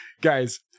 Guys